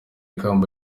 kamba